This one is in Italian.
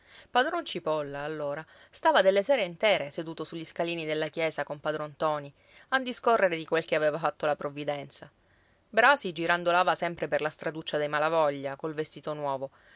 padron cipolla allora stava delle sere intere seduto sugli scalini della chiesa con padron ntoni a discorrere di quel che aveva fatto la provvidenza brasi girandolava sempre per la straduccia dei malavoglia col vestito nuovo